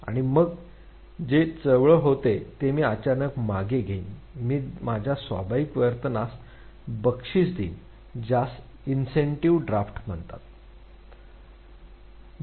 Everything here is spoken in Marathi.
आणि मग जे चळवळ होते ते मी अचानक मागे घेईन मी माझ्या स्वाभाविक वर्तनास बक्षीस देईन ज्यास इन्स्टीटिव्ह ड्राफ्ट म्हणतात